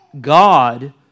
God